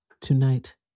Tonight